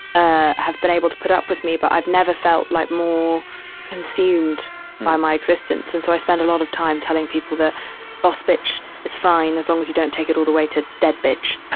ah have been able to put up with me, but i've never felt like more consumed by my existence. and so i spend a lot of time telling people that boss bitch is fine as long as you don't take it all the way to dead bitch,